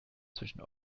zwischen